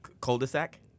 cul-de-sac